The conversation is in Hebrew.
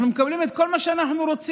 אנחנו מקבלים את כל מה שאנחנו רוצים.